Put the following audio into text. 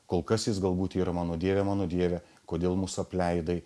kol kas jis galbūt yra mano dieve mano dieve kodėl mus apleidai